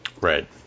Right